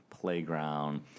playground